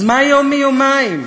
אז מה יום מיומיים?